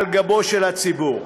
על גבו של הציבור.